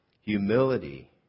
Humility